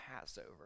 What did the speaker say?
Passover